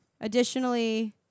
Additionally